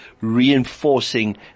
reinforcing